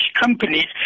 companies